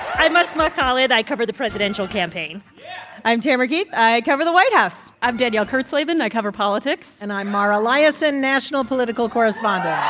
i'm asma khalid. i cover the presidential campaign i'm tamara keith. i cover the white house i'm danielle kurtzleben. i cover politics and i'm mara liasson, national political correspondent